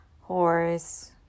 horse